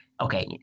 okay